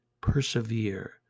persevere